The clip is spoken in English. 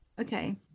Okay